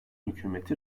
hükümeti